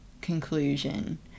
conclusion